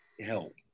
help